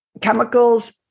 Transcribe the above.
chemicals